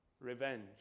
revenge